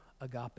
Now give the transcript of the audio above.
Agape